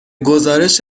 گزارش